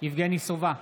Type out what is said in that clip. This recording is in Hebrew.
יבגני סובה,